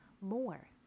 more